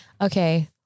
Okay